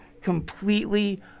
completely